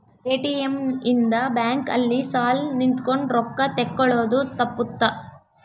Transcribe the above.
ATM ಇಂದ bank ಅಲ್ಲಿ ಸಾಲ್ ನಿಂತ್ಕೊಂಡ್ ರೊಕ್ಕ ತೆಕ್ಕೊಳೊದು ತಪ್ಪುತ್ತ